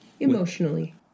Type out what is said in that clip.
Emotionally